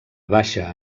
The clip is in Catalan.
baixa